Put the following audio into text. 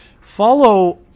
follow